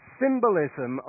symbolism